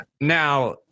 Now